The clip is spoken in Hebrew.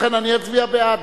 לכן אני אצביע בעד.